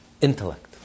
intellect